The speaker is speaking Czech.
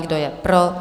Kdo je pro?